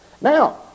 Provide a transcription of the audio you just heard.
Now